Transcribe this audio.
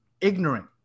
ignorant